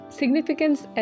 significance